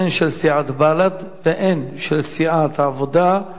הן של סיעת בל"ד והן של סיעת העבודה,